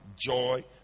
joy